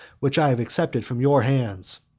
which i have accepted from your hands.